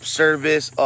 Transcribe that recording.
service